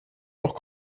auch